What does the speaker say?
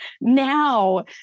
now